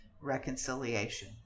reconciliation